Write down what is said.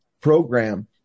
program